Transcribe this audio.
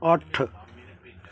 ਅੱਠ